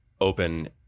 open